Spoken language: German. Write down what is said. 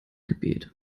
gebet